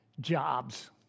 jobs